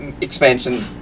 expansion